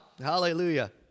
Hallelujah